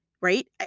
right